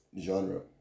genre